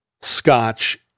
scotch